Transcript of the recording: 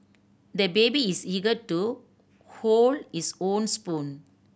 the baby is eager to hold his own spoon